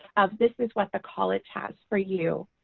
of this is what the college has for you.